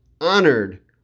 honored